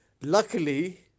Luckily